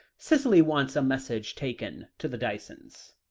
cicely wants a message taken to the dysons.